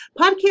Podcast